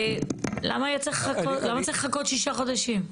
למה צריך לחכות שישה חודשים?